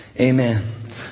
Amen